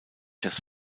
jazz